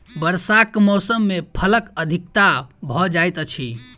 वर्षाक मौसम मे फलक अधिकता भ जाइत अछि